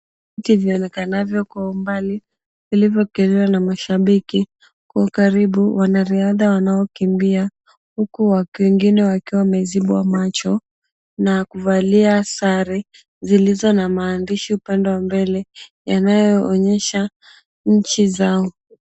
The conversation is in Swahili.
Viti vyonekanavyo kwa mbali, zilivyokiliwa na mashabiki. Kwa hiyo karibu wanariadha wanaokimbia huku wengine wakiwa wamezibwa macho na kuvalia sare zilizona maandishi upande wa mbele yanayoonyesha nchi zao.